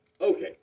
Okay